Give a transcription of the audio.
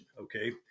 okay